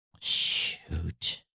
Shoot